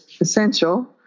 essential